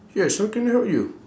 yes how can I help you